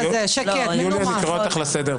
יוליה, קורא אותך לסדר.